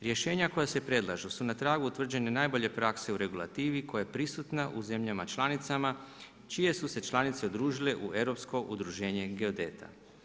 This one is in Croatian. Rješenja koja se predlažu su na tragu utvrđena najbolje prakse u regulativi koja je prisutna u zemljama članicama, čije su se članice udružile u Europsko udruženje geodeta.